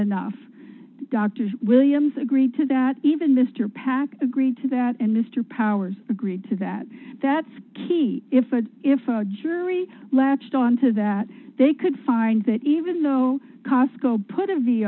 enough dr williams agreed to that even mr pack agreed to that and mr powers agreed to that that's key if that if a jury latched on to that they could find that even though cosco put a v